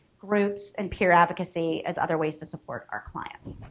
groups and peer advocacy as other ways to support our clients.